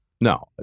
No